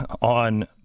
on